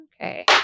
Okay